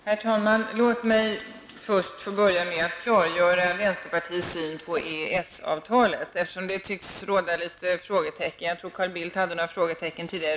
Herr talman! Låt mig först börja med att klargöra vänsterpartiets syn på EES-avtalet, eftersom det tycks finnas några frågetecken, och jag tror också att Carl Bildt tidigare hade några frågor.